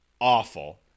awful